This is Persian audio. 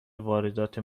واردات